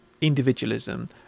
individualism